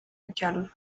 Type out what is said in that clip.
ducale